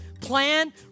plan